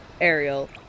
Ariel